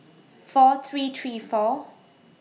four three three four